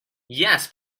yes